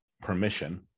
permission